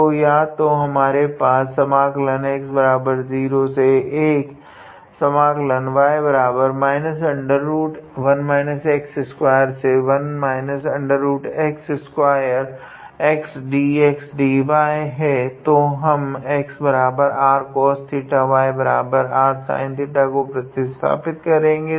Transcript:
तो या तो हमारे पास है या हम xrcos 𝜃 तथा ysin 𝜃 को प्रतिस्थापित करेगे